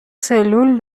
سلول